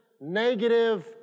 negative